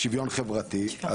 שוויון חברתי,